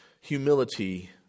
humility